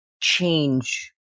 change